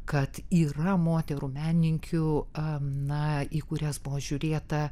kad yra moterų menininkių a na į kurias buvo žiūrėta